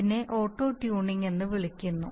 അതിനെ auto tuning എന്ന് വിളിക്കുന്നു